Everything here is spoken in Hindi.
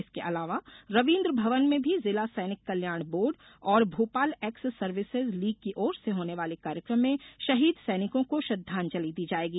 इसके अलावा रवीन्द्र भवन में भी जिला सैनिक कल्याण बोर्ड और भोपाल एक्स सर्विसेस लीग की ओर से होने वाले कार्यक्रम में शहीद सैनिकों को श्रद्धांजलि दी जायेगी